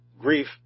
grief